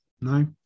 No